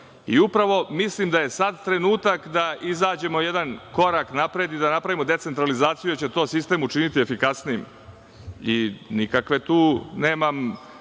toga. Mislim da je sada trenutak da izađemo jedan korak napred i da napravimo decentralizaciju, jer je to sistem učiniti efikasnijim. Nikakve tu nema